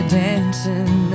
dancing